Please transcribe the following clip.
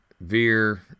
Veer